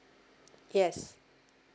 yes